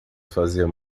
fazia